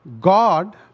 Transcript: God